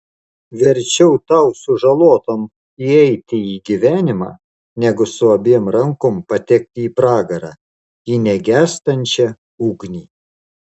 verčiau tau sužalotam įeiti į gyvenimą negu su abiem rankom patekti į pragarą į negęstančią ugnį